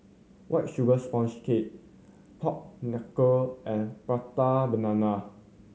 White Sugar Sponge Cake pork knuckle and Prata Banana